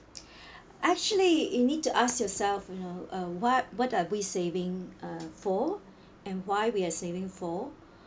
actually you need to ask yourself you know uh what what are we saving uh for and why we are saving for